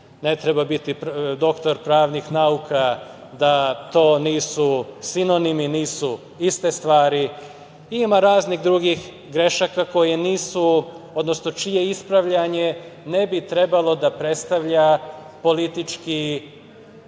ne treba biti doktor pravnih nauka, da to nisu sinonimi, nisu iste stvari. Ima raznih drugih grešaka koje nisu, odnosno čije ispravljanje ne bi trebalo da prestavlja politički